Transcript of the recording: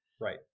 right